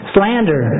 Slander